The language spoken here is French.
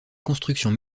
constructions